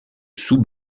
sous